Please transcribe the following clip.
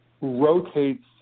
rotates